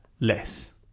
less